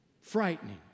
Frightening